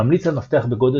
ממליץ על מפתח בגודל